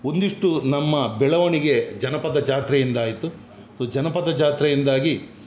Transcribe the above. ಒಂದಿಷ್ಟು ನಮ್ಮ ಬೆಳವಣಿಗೆ ಜನಪದ ಜಾತ್ರೆಯಿಂದ ಆಯಿತು ಸೊ ಜನಪದ ಜಾತ್ರೆಯಿಂದಾಗಿ